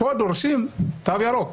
דורשים תו ירוק.